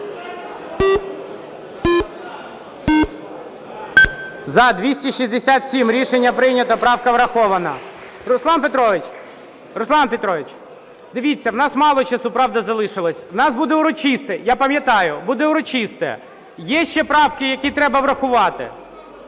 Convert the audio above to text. За-267 Рішення прийнято. Правка врахована. Руслан Петрович, дивіться, у нас мало часу, правда, залишилось. У нас буде урочисте, я пам'ятаю, буде урочисте. Є ще правки, які треба врахувати?